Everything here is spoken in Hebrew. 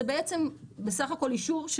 זה בסך הכל אישור,